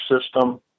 system